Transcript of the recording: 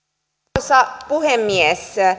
arvoisa puhemies